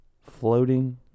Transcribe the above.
floating